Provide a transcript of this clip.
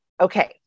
Okay